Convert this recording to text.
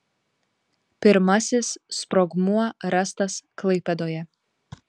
pirmasis sprogmuo rastas klaipėdoje